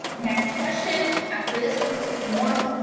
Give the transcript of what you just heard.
next question after this one more.